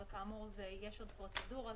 אבל כאמור יש עוד פרוצדורות,